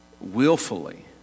willfully